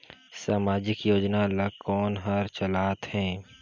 समाजिक योजना ला कोन हर चलाथ हे?